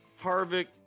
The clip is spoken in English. Harvick